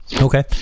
Okay